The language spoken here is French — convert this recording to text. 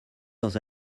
dans